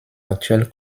actuelles